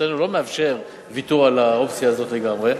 במחוזותינו לא מאפשר ויתור על האופציה הזאת לגמרי,